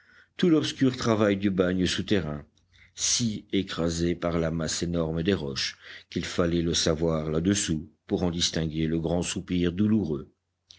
tout l'obscur travail du bagne souterrain si écrasé par la masse énorme des roches qu'il fallait le savoir là-dessous pour en distinguer le grand soupir douloureux